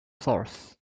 source